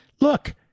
Look